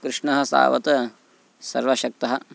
कृष्णः तावत् सर्वशक्तः